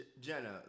Jenna